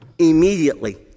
immediately